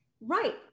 Right